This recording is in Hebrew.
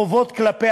חובות כלפי